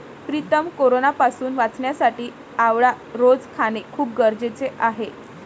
प्रीतम कोरोनापासून वाचण्यासाठी आवळा रोज खाणे खूप गरजेचे आहे